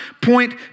point